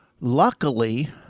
luckily